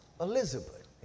Elizabeth